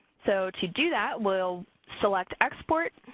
so to do that, we'll select export,